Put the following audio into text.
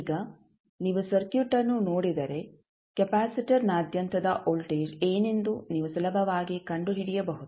ಈಗ ನೀವು ಸರ್ಕ್ಯೂಟ್ ಅನ್ನು ನೋಡಿದರೆ ಕೆಪಾಸಿಟರ್ನಾದ್ಯಂತದ ವೋಲ್ಟೇಜ್ ಏನೆಂದು ನೀವು ಸುಲಭವಾಗಿ ಕಂಡುಹಿಡಿಯಬಹುದು